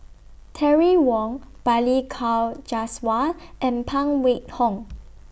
Terry Wong Balli Kaur Jaswal and Phan Wait Hong